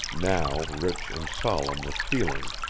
now rich and solemn with feeling.